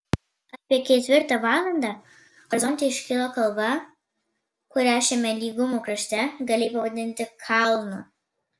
apie ketvirtą valandą horizonte iškilo kalva kurią šiame lygumų krašte galėjai pavadinti kalnu